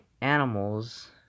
animals